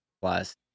plus